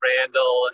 Randall